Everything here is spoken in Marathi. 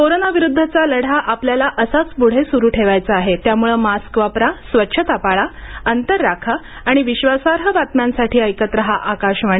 कोरोनाविरुद्धचा लढा आपल्याला असाच पुढे सुरू ठेवायचा आहे त्यामुळं मास्क वापरा स्वच्छता पाळा अंतर राखा आणि विश्वासार्ह बातम्यांसाठी ऐकत राहा आकाशवाणी